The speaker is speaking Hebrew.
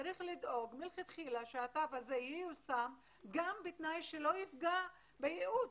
צריך לדאוג מלכתחילה שהתו הזה ייושם גם בתנאי שלא יפגע בייעוד,